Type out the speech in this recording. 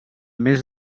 més